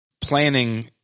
planning